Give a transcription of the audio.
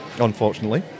unfortunately